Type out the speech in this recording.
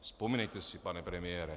Vzpomínejte si, pane premiére.